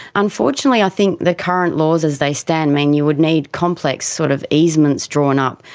unfortunately i think the current laws as they stand mean you would need complex sort of easements drawn up,